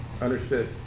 understood